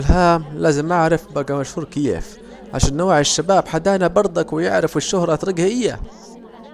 أول هام لازم اعرف بجى مشهور كيف، عشان نوعي الشباب حدانا برضك ويعرفوا الشهرة طريجها اييه